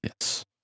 Yes